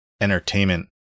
entertainment